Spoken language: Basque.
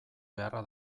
beharra